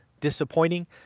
disappointing